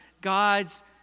God's